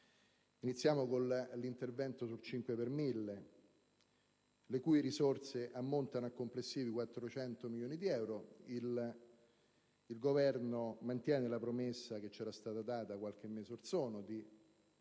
Iniziamo con l'intervento sul 5 per mille, le cui risorse ammontano a complessivi 400 milioni di euro. Il Governo mantiene la promessa che ci era stata fatta qualche mese orsono di